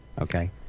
okay